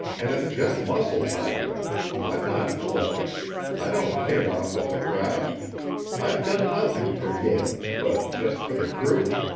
and it's just muscles i've got i'm not clever i don't hit it off with the crowd i've done nothing for yale, but just for the crew.